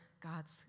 God's